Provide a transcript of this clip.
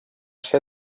ser